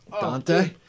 Dante